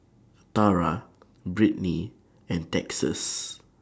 Tara Brittni and Texas